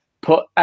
put